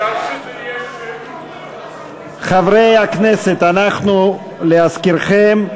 חברי הכנסת, להזכירכם,